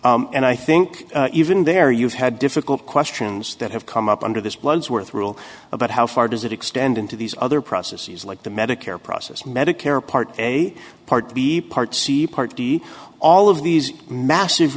and i think even there you've had difficult questions that have come up under this bloodsworth rule about how far does it extend into these other processes like the medicare process medicare part a part b part c part d all of these massive